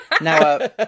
Now